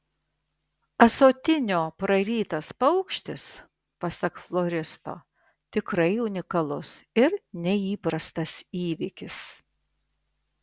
ąsotinio prarytas paukštis pasak floristo tikrai unikalus ir neįprastas įvykis